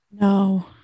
No